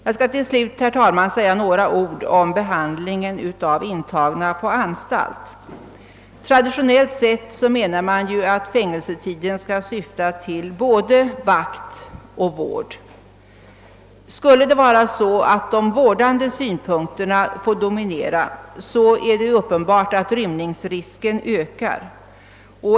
Jag skall till slut, herr talman, säga något om behandlingen av intagna på anstalt. Traditionellt sett menar man att fängelsetiden skall syfta till både vakt och vård. Skulle det vara så att de vårdande synpunkterna får dominera är det uppenbart att rymningsrisken ökas.